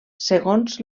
segons